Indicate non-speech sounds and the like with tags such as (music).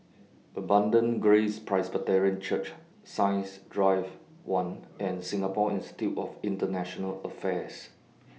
Abundant Grace Presbyterian Church Science Drive one and Singapore Institute of International Affairs (noise)